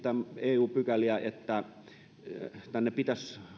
eu pykäliä että pitäisi